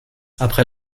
après